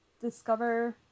discover